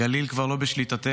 הגליל כבר לא בשליטתנו,